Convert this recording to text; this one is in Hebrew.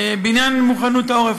בעניין מוכנות העורף,